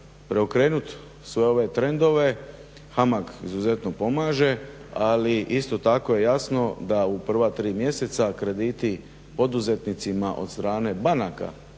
Preokrenut sve ove trendove HAMAG izuzetno pomaže, ali isto tako je jasno da u prva tri mjeseca krediti poduzetnicima od strane banaka